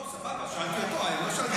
סבבה, שאלתי אותו, לא שאלתי אותך.